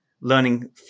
learning